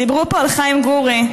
דיברו פה על חיים גורי.